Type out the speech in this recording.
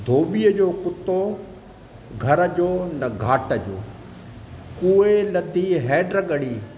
धोबीअ जो कुतो घर जो न घाट जो कूंए लधी हेड घणी